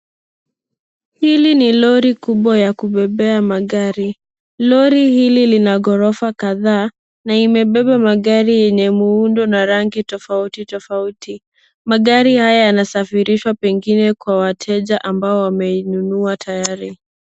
Hili ni lori kubwa ya kubebea magari. Lori hili lina ghorofa kadhaa na imebeba magari yenye muundo na rangi tofauti tofauti. Magari haya yanasafirishwa pengine kwa wateja ambao wameinunua tayari.